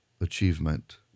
achievement